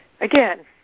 Again